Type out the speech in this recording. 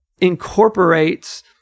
incorporates